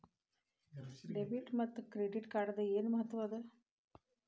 Debit ಮತ್ತ credit ಕಾರ್ಡದ್ ಏನ್ ಮಹತ್ವ ಅದ?